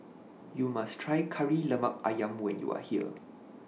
YOU must Try Kari Lemak Ayam when YOU Are here